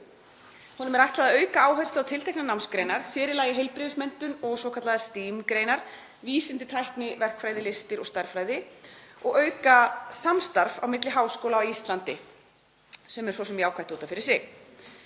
honum er ætlað að auka áherslu á tilteknar námsgreinar, sér í lagi heilbrigðismenntun og svokallaðar STEAM-greinar; vísindi, tækni, verkfræði, listir og stærðfræði, og auka samstarf á milli háskóla á Íslandi, sem er svo sem jákvætt út af fyrir sig.